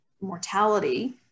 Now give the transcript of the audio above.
mortality